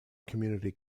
community